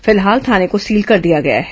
फिलहाल थाने को सील कर दिया गया है